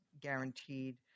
guaranteed